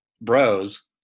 bros